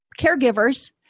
caregivers